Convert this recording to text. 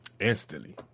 instantly